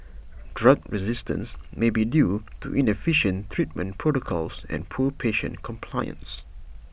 drug resistance may be due to inefficient treatment protocols and poor patient compliance